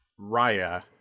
Raya